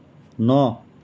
ন